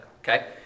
Okay